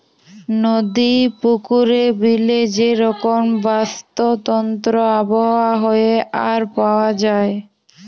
নদি, পুকুরে, বিলে যে রকম বাস্তুতন্ত্র আবহাওয়া হ্যয়ে আর পাওয়া যায়